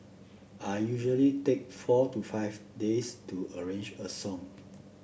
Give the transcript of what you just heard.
I usually take four to five days to arrange a song